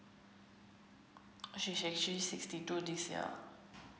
she's actually sixty two this year